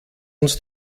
uns